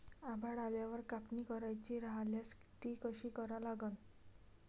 आभाळ आल्यावर कापनी करायची राह्यल्यास ती कशी करा लागन?